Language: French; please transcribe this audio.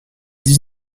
dix